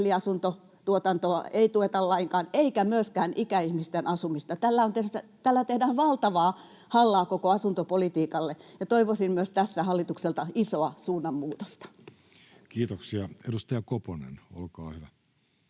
opiskelija-asuntotuotantoa ei tueta lainkaan eikä myöskään ikäihmisten asumista. Tällä tehdään valtavaa hallaa koko asuntopolitiikalle, ja toivoisin myös tässä hallitukselta isoa suunnanmuutosta. [Speech 107] Speaker: